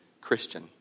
Christian